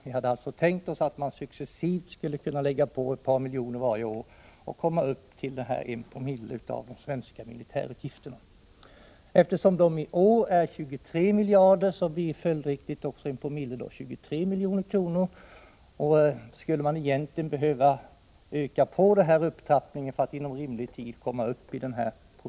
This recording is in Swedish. Vi hade alltså tänkt oss att man successivt skulle lägga på ett par miljoner varje år för att komma upp till 1 Zoo av de svenska militärutgifterna. Eftersom militärutgifterna i år är 23 miljarder, blir 1 Joo av det följdriktigt 23 miljoner. Egentligen skulle man behöva öka på upptrappningen för att inom rimlig tid komma upp till 1 Zoo.